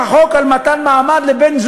יכולים להיות מועברים לגורמים עוינים.